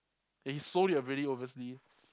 ya he sold it already obviously